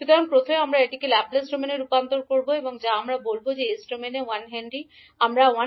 সুতরাং প্রথমে আমরা এটিকে ল্যাপ্লেস ডোমেনে রূপান্তর করব যা আমরা বলব যে s ডোমেইনে 1 হেনরি আমরা হব